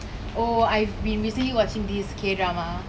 oh I've been recently watching this K drama